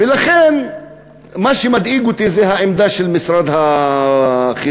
ולכן מה שמדאיג אותי זה העמדה של משרד החינוך,